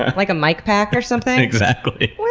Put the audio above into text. like a mic pack or something? exactly! it's